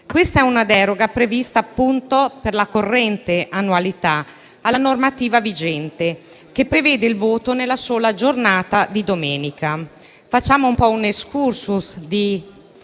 tratta di una deroga - prevista per la corrente annualità - alla normativa vigente che prevede il voto nella sola giornata di domenica. Facciamo un breve *excursus*: